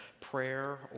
prayer